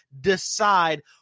decide